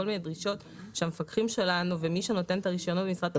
מיני דרישות שהמפקחים שלנו ומי שנותן את הרישיון צריך לבדוק אותן.